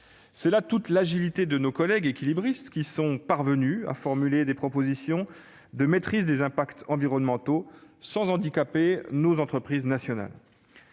C'est là toute l'agilité de nos collègues équilibristes qui sont parvenus à formuler des propositions de maîtrise des impacts environnementaux sans handicaper nos entreprises nationales.